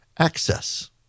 access